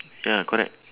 ya correct